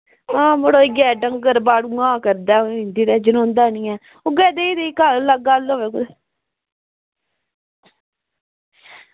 आं मड़ो इयै डंगर बाड़ूऐं करदे होई जंदी जनोंदा निं ऐ उ'ऐ बेही बेही घर गल्ल